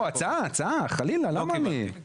חלילה, רק הצעה,